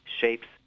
shapes